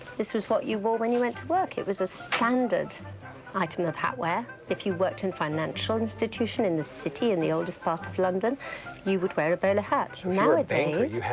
this is what you wore when you went to work. it was a standard item of hat wear. if you worked in financial institution in the city in the oldest part of london you would wear a bowler hat. nowadays.